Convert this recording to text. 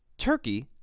Turkey